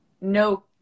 no